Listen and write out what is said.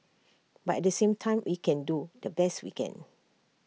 but at the same time we can do the best we can